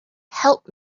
help